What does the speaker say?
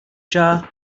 jar